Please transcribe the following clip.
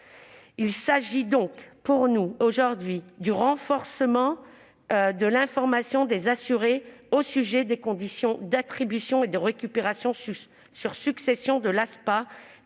Il s'agit, d'abord, du renforcement de l'information des assurés au sujet des conditions d'attribution et de récupération sur succession de l'ASPA,